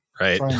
Right